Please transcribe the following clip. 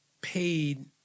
paid